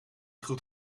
goed